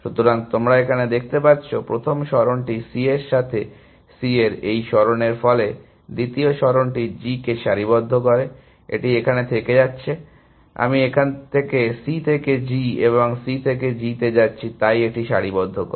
সুতরাং তোমরা এখানে কি দেখতে পাচ্ছ প্রথম সরণটি C এর সাথে C এর এই সরণের ফলে দ্বিতীয় সরণটি G কে সারিবদ্ধ করে এটি এখান থেকে যাচ্ছে আমি এখানে C থেকে G এবং এখানে C থেকে G তে যাচ্ছি তাই এটি সারিবদ্ধ করে